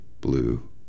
blue